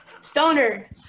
Stoner